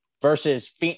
versus –